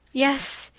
yes,